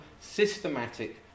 systematic